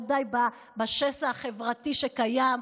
לא די בשסע החברתי שקיים?